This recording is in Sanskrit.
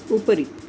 उपरि